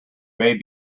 may